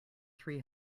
three